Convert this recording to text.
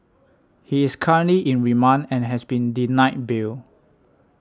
he is currently in remand and has been denied bail